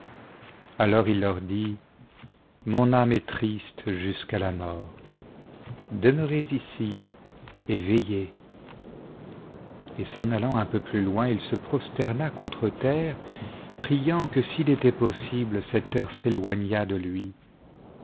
alors il leur dit mon âme est triste jusqu'à la mort demeurez ici éveillé et s'en allant un peu plus loin il se prosterna contre terre priant que s'il était possible cette heure s'éloignât de lui